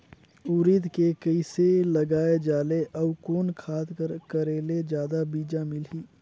उरीद के कइसे लगाय जाले अउ कोन खाद कर करेले जादा बीजा मिलही?